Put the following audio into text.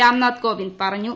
രാംനാഥ് കോവിന്ദ് പറഞ്ഞു